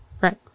right